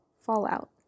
fallout